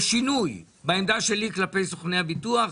שינוי בעמדה שלי כלפי סוכני הביטוח.